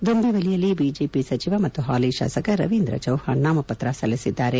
ದೊಂಬಿವಲಿಯಲ್ಲಿ BJP ಸಚಿವ ಮತ್ತು ಹಾಲಿ ಶಾಸಕ ರವೀಂದ್ರ ಚೌಹಾಣ್ ನಾಮಪತ್ರ ಸಲ್ಲಿಸಿದ್ದಾರೆ